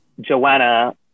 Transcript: Joanna